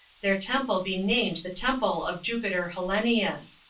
their temple be named the temple of jupiter hellenius.